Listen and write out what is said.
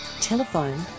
Telephone